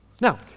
Now